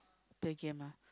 play game lah